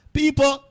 people